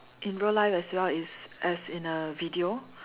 in real life as well is as in a video